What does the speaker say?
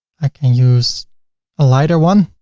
i can use a lighter one.